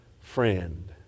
friend